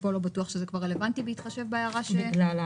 שכאן לא בטוח שזה כבר רלוונטי בהתחשב בהערה שניתנה.